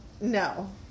no